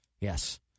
Yes